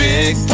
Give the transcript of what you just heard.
Big